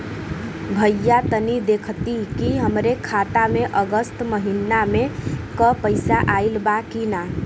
भईया तनि देखती की हमरे खाता मे अगस्त महीना में क पैसा आईल बा की ना?